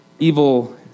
Evil